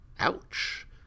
Ouch